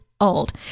old